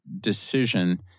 decision